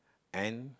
and